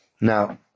Now